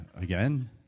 again